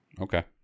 Okay